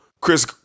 Chris